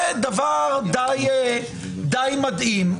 זה דבר די מדהים.